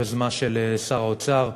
יוזמה של שר האוצר.